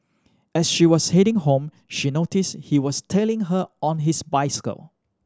as she was heading home she noticed he was tailing her on his bicycle